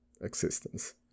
existence